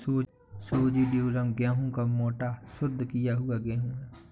सूजी ड्यूरम गेहूं का मोटा, शुद्ध किया हुआ गेहूं है